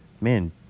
man